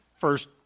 first